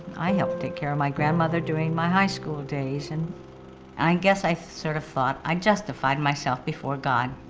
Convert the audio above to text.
i helped take care of my grandmother during my high school days. and i and guess i sort of thought, i justified myself before god.